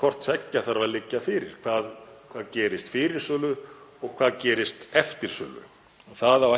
hvort tveggja þarf að liggja fyrir, hvað gerist fyrir sölu og hvað gerist eftir sölu. Það á